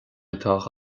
atá